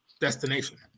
destination